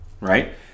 Right